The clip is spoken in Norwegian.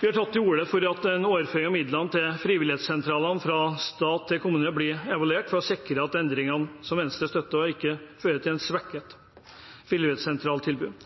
Vi har tatt til orde for at en overføring av midlene til frivillighetssentralene fra stat til kommune blir evaluert, for å sikre at endringen, som Venstre støtter, ikke fører til et svekket